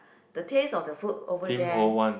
the taste of the food over there